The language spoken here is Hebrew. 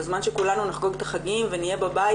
בזמן שכולנו נחגוג את החגים ונהיה בבית,